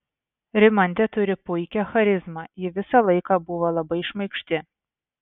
rimantė turi puikią charizmą ji visą laiką buvo labai šmaikšti